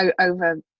over